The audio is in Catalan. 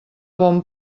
bon